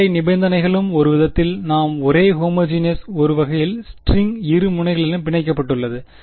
எல்லை நிபந்தனைகளும் ஒருவிதத்தில் நாம் ஒரே ஹோமோஜினோஸ் ஆக ஒருவகையில் ஸ்ட்ரிங் இரு முனைகளிலும் பிணைக்கப்பட்டுள்ளது